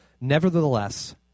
Nevertheless